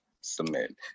submit